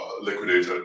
liquidated